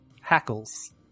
Hackles